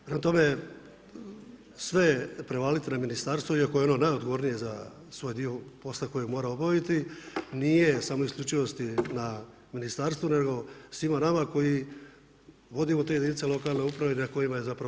Prema tome, sve prevaliti na ministarstvo iako je ono najodgovornije za svoj dio posla koji mora obaviti nije samo isključivosti na ministarstvu nego svima nama koji vodimo te jedinice lokalne uprave na kojima je zapravo